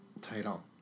Title